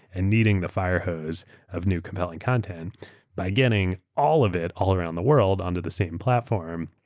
and kneading the firehose of new compelling content by getting all of it all around the world onto the same platform.